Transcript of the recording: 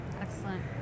excellent